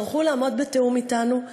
יצטרכו לעמוד בתיאום אתנו,